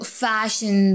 fashion